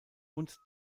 und